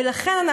ולכן,